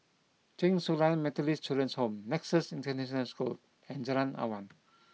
Chen Su Lan Methodist Children's Home Nexus International School and Jalan Awan